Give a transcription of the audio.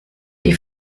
die